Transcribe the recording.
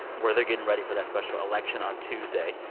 where they're getting ready for that special election on tuesday.